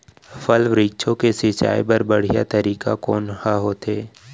फल, वृक्षों के सिंचाई बर बढ़िया तरीका कोन ह होथे?